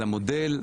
על המודל,